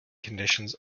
conditions